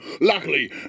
luckily